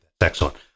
Excellent